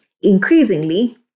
Increasingly